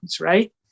right